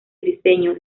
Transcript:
briceño